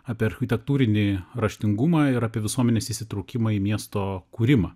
apie architektūrinį raštingumą ir apie visuomenės įsitraukimą į miesto kūrimą